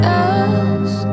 else